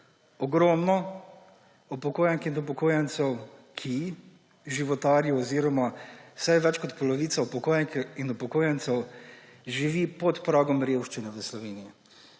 ogromno upokojenk in upokojencev, ki životarijo oziroma več kot polovica upokojenk in upokojencev živi pod pragom revščine v Sloveniji.